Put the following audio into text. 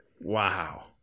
Wow